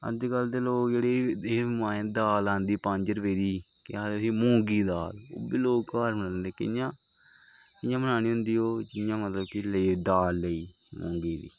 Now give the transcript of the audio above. अज्जकल दे लोक एह् जेह्ड़ी माय दाल आंदी पंज रपेऽ दी केह् आखदे उसी मुंगी दी दाल ओह् बी लोक घर बनांदे कियां इ'यां बननी होंदी जियां मतलब कि लेई दाल लेई मुंगी दी